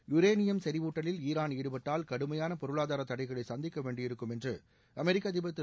uranium செறிவூட்டலில் Iran ஈடுபட்டால் கடுமையான பொருளாதார தடைகளை கந்திக்க வேண்டியிருக்கும் என்று அமெரிக்க அதிபர் திரு